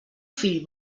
fill